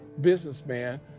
businessman